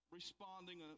responding